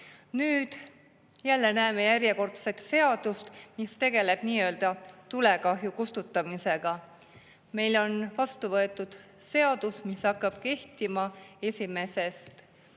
euro võrra. Näeme järjekordselt seadust, mis tegeleb nii-öelda tulekahju kustutamisega. Meil on vastu võetud seadus, mis hakkab kehtima 1.